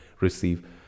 receive